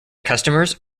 customers